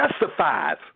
justifies